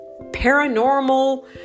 paranormal